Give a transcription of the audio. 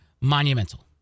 monumental